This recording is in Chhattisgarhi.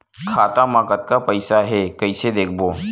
खाता मा कतका पईसा हे कइसे देखबो?